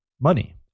money